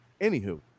Anywho